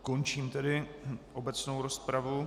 Končím tedy obecnou rozpravu.